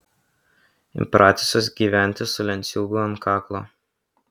įpratusios gyventi su lenciūgu ant kaklo